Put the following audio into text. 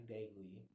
Daily